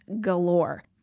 galore